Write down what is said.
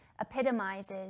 epitomizes